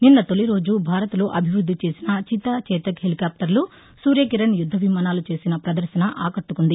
నిన్న తొలి రోజు భారత్లో అభివృద్ధి చేసిన చితా చేతక్ హెలికాప్టర్లు సూర్యకిరణ్ యుద్ధ విమానాలు చేసిన పదర్శన ఆకట్టకుంది